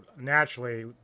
naturally